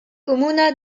comuna